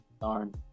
Darn